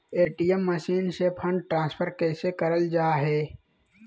ATM machine से fund transfer कैसे करल जा है?